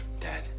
Dad